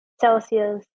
Celsius